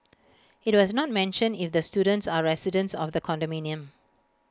IT was not mentioned if the students are residents of the condominium